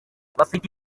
bafite